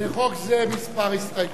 לחוק זה כמה הסתייגויות.